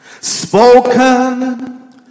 spoken